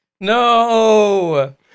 no